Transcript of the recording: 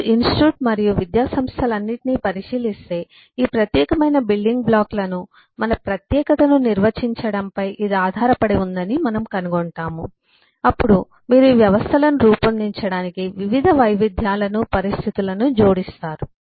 మీరు ఈ ఇన్స్టిట్యూట్స్ మరియు విద్యావ్యవస్థలన్నింటినీ పరిశీలిస్తే ఈ ప్రత్యేకమైన బిల్డింగ్ బ్లాక్లను మన ప్రత్యేకతను నిర్వచించడంపై ఇది ఆధారపడి ఉందని మనము కనుగొంటాము అప్పుడు మీరు ఈ వ్యవస్థలను రూపొందించడానికి వివిధ వైవిధ్యాలను పరిస్థితులను జోడిస్తారు